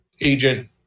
agent